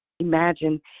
Imagine